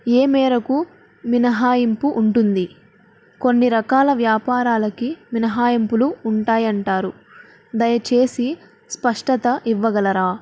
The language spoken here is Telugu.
ఏమేరకు మినహాయింపు ఉంటుంది కొన్ని రకాల వ్యాపారాలకి మినహాయంపులు ఉంటాయంటారు దయచేసి స్పష్టత ఇవ్వగలరా